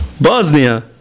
Bosnia